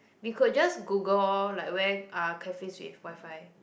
we could just Google lor like where are cafes with Wi-Fi